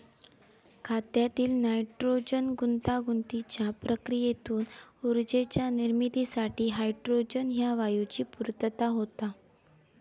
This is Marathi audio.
खतातील नायट्रोजन गुंतागुंतीच्या प्रक्रियेतून ऊर्जेच्या निर्मितीसाठी हायड्रोजन ह्या वायूची पूर्तता होता